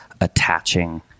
attaching